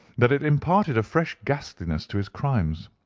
that it imparted a fresh ghastliness to his crimes.